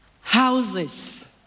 houses